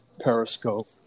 Periscope